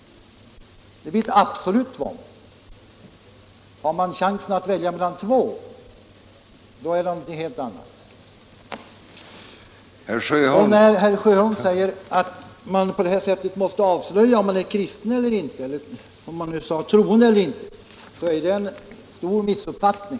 Det blir ett absolut tvång. Har man chansen att välja mellan två former är det någonting helt annat. Och när herr Sjöholm säger att man på det här sättet måste avslöja om man är kristen eller inte — kanske sade han troende eller inte — så är det en stor missuppfattning.